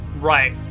Right